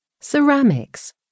Ceramics